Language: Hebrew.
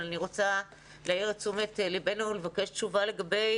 אבל אני רוצה להעיר את תשומת ליבנו לבקש תשובה לגבי